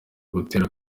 gutera